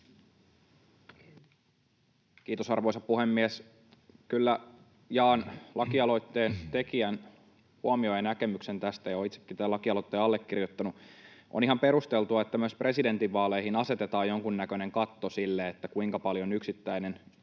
Kiitos, arvoisa puhemies! Kyllä jaan lakialoitteen tekijän huomion ja näkemyksen tästä, ja olen itsekin tämän lakialoitteen allekirjoittanut. On ihan perusteltua, että myös presidentinvaaleihin asetetaan jonkunnäköinen katto sille, kuinka paljon yksittäinen